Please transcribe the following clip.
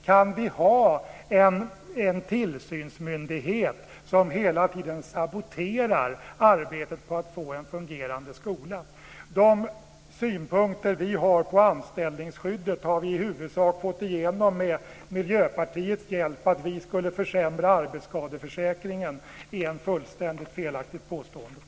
Kan vi ha en tillsynsmyndighet som hela tiden saboterar arbetet med att få en fungerande skola? De synpunkter vi har på anställningsskyddet har vi i huvudsak fått igenom med Miljöpartiets hjälp. Att vi skulle försämra arbetsskadeförsäkringen är ett fullständigt felaktigt påstående.